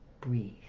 breathe